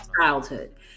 childhood